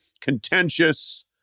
contentious